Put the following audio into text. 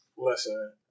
Listen